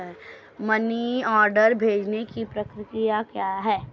Money order भेजने की प्रक्रिया क्या है?